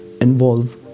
involve